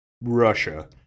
Russia